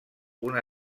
una